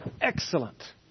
Excellent